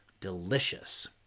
delicious